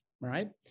right